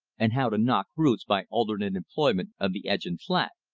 and how to knock roots by alternate employment of the edge and flat.